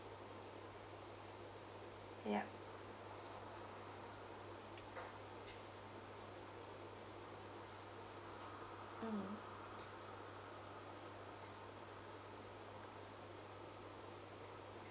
yup mm